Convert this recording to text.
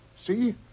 See